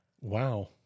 Wow